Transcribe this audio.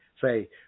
say